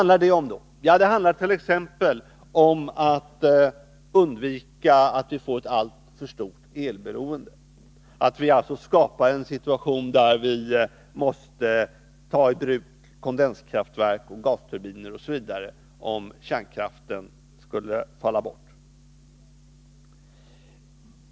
Det handlar t.ex. om att undvika att vi får ett alltför stort elberoende; att vi inte skapar en situation där vi måste ta i bruk kondenskraftverk och gasturbiner osv. om kärnkraften skulle falla bort.